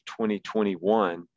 2021